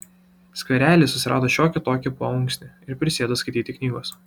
skverely susirado šiokį tokį paunksnį ir prisėdo skaityti knygos